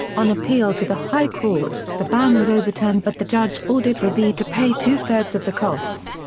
on appeal to the high court, the ban was overturned but the judge ordered revie to pay two-thirds of the costs.